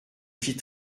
fit